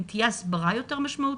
אם תהיה הסברה יותר משמעותית,